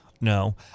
no